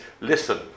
listen